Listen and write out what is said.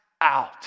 out